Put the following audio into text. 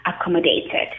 accommodated